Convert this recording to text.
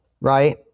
right